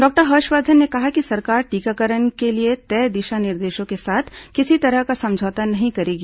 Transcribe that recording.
doctor Harshvardhan ने कहा कि सरकार टीकाकरण के लिए तय दिशा निर्देशों के साथ किसी तरह का समझौता नहीं करेगी